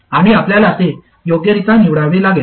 आणि आपल्याला ते योग्यरित्या निवडावे लागेल